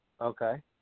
Okay